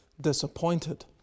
disappointed